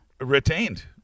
retained